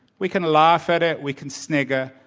we can laugh at it. we can snigger.